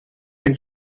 can